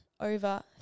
Over